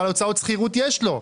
אבל הוצאות שכירות יש לו.